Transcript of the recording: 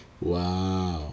Wow